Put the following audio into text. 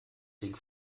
ding